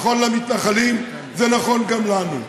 נכון למתנחלים ונכון גם לנו,